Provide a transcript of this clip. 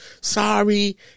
Sorry